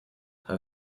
her